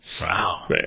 Wow